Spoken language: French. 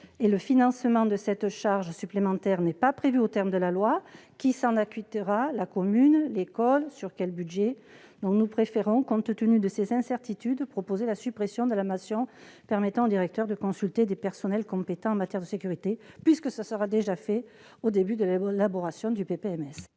le financement de cette charge supplémentaire n'est pas prévu aux termes de la loi. Qui s'en acquittera ? La commune ? L'école ? Sur quel budget ? Nous préférons, compte tenu de ces incertitudes, proposer la suppression de la mention permettant au directeur de consulter des personnels compétents en matière de sécurité, puisque ce sera déjà fait au début de l'élaboration du PPMS.